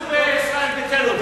מה החליטו בישראל ביתנו?